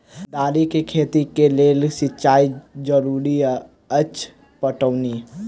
दालि केँ खेती केँ लेल सिंचाई जरूरी अछि पटौनी?